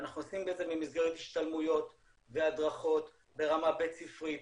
ואנחנו עושים את זה במסגרת השתלמויות והדרכות ברמה בית ספרית,